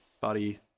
body